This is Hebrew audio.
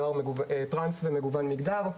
נוער טרנס ומגוון מגדר.